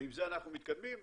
ועם זה אנחנו מתקדמים.